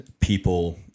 people